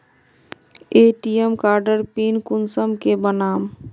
ATM कार्डेर PIN कुंसम के बनाम?